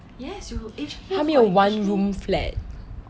它没有 one room flat